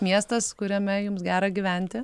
miestas kuriame jums gera gyventi